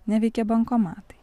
neveikė bankomatai